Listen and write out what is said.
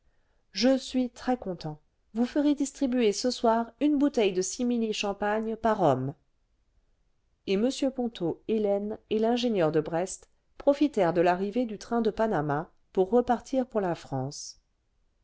je suis très content vous ferez distribuer ce soir une bouteille de simili champagne par homme et m ponto hélène et l'ingénieur de brest profitèrent de l'arrivée du train de panama pour repartir pour la france